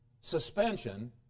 suspension